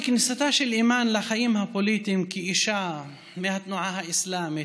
כניסתה של אימאן לחיים הפוליטיים כאישה מהתנועה האסלאמית,